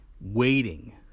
waiting